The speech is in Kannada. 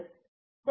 ಪ್ರೊಫೆಸರ್